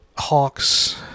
hawks